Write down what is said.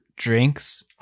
Drinks